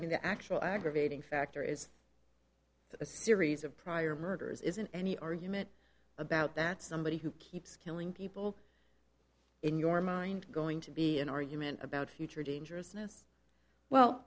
having the actual aggravating factor is a series of prior murders isn't any argument about that somebody who keeps killing people in your mind going to be an argument about future dangerousness well